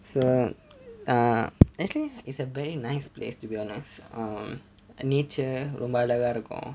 so err actually is a very nice place to be honest um nature ரொம்ப அழகா இருக்கும்:romba azhaga irukkum